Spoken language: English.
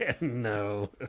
No